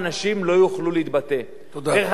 דרך אגב, לסיום, גם,